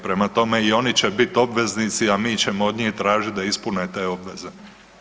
Prema tome i oni će biti obveznici, a mi ćemo od njih tražiti da ispune te obveze.